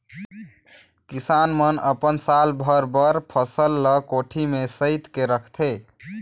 किसान मन अपन साल भर बर फसल ल कोठी में सइत के रखथे